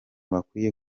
bakwiye